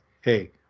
hey